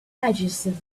adjusted